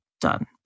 done